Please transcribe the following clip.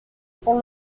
pour